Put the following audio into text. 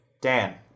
Dan